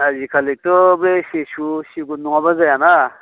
आजिखालिथ' बे सेसु सेगुन नङाबानो जाया ना